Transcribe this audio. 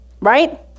right